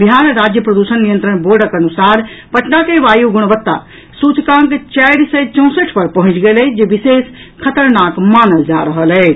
बिहार राज्य प्रदूषण नियंत्रण बोर्डक अनुसार पटना के वायु गुणबत्ता सूचकांक चारि सय चौंसठि पर पहुंचि गेल अछि जे विशेष खतरनाक मानल जा रहल अछि